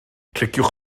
cliciwch